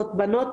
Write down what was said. קבוצות בנות.